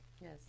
Yes